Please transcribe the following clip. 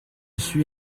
suis